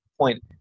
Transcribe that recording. point